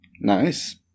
Nice